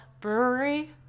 Brewery